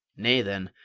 nay, then,